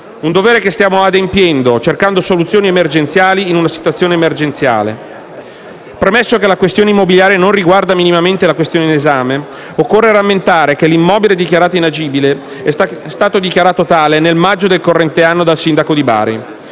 Un dovere cui stiamo adempiendo cercando soluzioni emergenziali in una situazione emergenziale. Premesso che la questione immobiliare non riguarda minimamente il provvedimento di esame, occorre rammentare che l'immobile è stato dichiarato inagibile nel maggio del corrente anno dal sindaco di Bari.